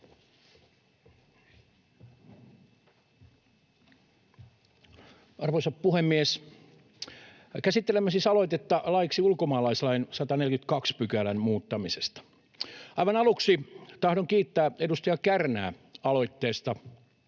Arvoisa puhemies! Käsittelemme siis aloitetta laiksi ulkomaalaislain 142 §:n muuttamisesta. Aivan aluksi tahdon kiittää edustaja Kärnää aloitteesta.